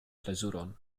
plezuron